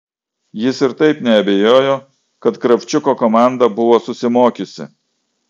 jis ir taip neabejojo kad kravčiuko komanda buvo susimokiusi